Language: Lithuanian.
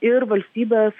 ir valstybės